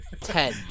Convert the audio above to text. Ten